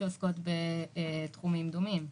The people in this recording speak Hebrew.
שעוסקות בתחומים דומים,